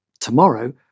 tomorrow